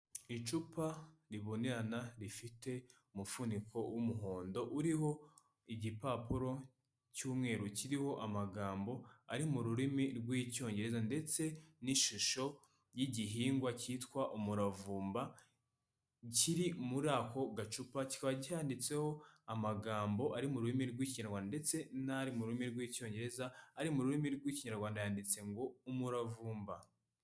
Icupa ribonerana, rifite umufuniko w'umuhondo, uriho igipapuro cy'umweru, kiriho amagambo ari mu rurimi rw'icyongereza ndetse n'ishusho y'igihingwa cyitwa umuravumba, kiri muri ako gacupa, kikaba cyanditseho amagambo ari mu rurimi rw'ikinyarwanda ndetse nari mu rurimi rw'icyongereza, ari mu rurimi rw'ikinyarwanda yanditse ngo umuravumba.